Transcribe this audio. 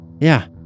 Yeah